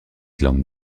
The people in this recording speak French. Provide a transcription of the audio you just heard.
glandes